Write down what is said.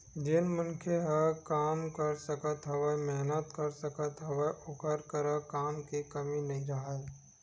जेन मनखे ह काम कर सकत हवय, मेहनत कर सकत हवय ओखर करा काम के कमी नइ राहय